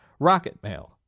Rocketmail